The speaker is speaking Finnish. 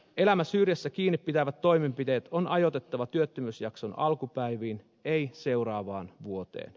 elämän syrjässä kiinni pitävät toimenpiteet on ajoitettava työttömyysjakson alkupäiviin ei seuraavaan vuoteen